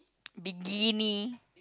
bikini